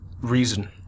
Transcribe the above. reason